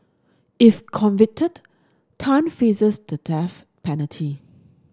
if convicted Tan faces the death penalty